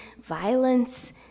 violence